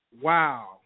wow